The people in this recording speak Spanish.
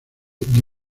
the